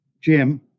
Jim